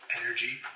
Energy